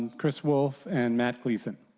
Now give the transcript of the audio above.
chris wolf and matt gleason.